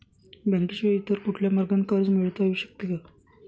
बँकेशिवाय इतर कुठल्या मार्गाने कर्ज मिळविता येऊ शकते का?